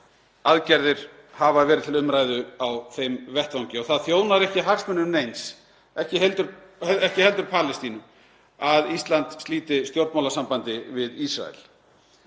aðgerðir hafa verið til umræðu á þeim vettvangi og það þjónar ekki hagsmunum neins, ekki heldur Palestínu, að Ísland slíti stjórnmálasambandi við Ísrael.